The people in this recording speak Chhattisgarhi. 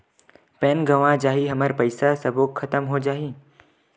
पैन गंवा जाही हमर पईसा सबो खतम हो जाही?